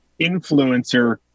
influencer